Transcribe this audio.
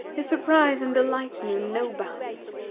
his surprise and delight knew no bounds.